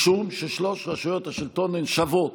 משום ששלוש רשויות השלטון הן שוות.